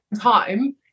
time